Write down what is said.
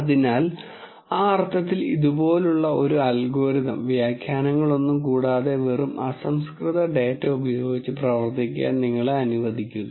അതിനാൽ ആ അർത്ഥത്തിൽ ഇതുപോലുള്ള ഒരു അൽഗോരിതം വ്യാഖ്യാനങ്ങളൊന്നും കൂടാതെ വെറും അസംസ്കൃത ഡാറ്റ ഉപയോഗിച്ച് പ്രവർത്തിക്കാൻ നിങ്ങളെ അനുവദിക്കുന്നു